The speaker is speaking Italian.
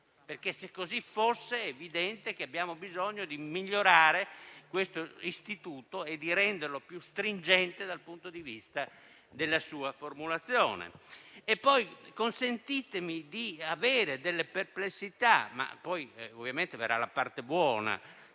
mercato? Se così fosse, è evidente che abbiamo bisogno di migliorare questo istituto e di renderlo più stringente dal punto di vista della sua formulazione. Consentitemi anche di avere delle perplessità - poi ovviamente verrà la parte buona